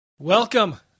Welcome